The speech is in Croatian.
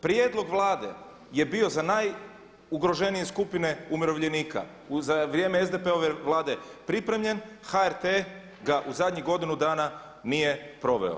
Prijedlog Vlade je bio za najugroženije skupine umirovljenika za vrijeme SDP-ove Vlade pripremljen, HRT ga u zadnjih godinu dana nije proveo.